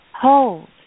hold